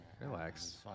Relax